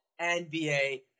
NBA